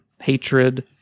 hatred